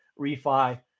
refi